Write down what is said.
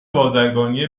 بازرگانی